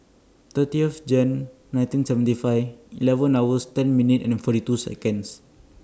thirtieth Jan nineteen seventy five eleven hours ten minute and forty two Seconds